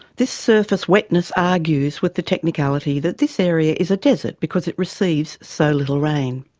this surface wetness argues with the technicality that this area is a desert because it receives so little rain.